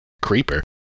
Creeper